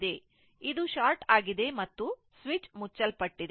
ಇದು ಶಾರ್ಟ್ ಆಗಿದೆ ಮತ್ತು ಸ್ವಿಚ್ ಮುಚ್ಚಲ್ಪಟ್ಟಿದೆ